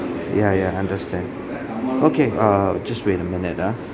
ya yeah understand okay err just wait a minute ah